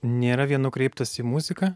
nėra vien nukreiptas į muziką